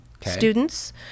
students